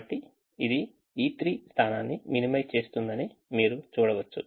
కాబట్టి ఇది E3 స్థానాన్ని minimize చేస్తుందని మీరు చూడవచ్చు